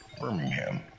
Birmingham